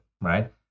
right